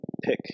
pick